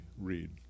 Read